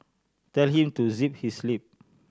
tell him to zip his lip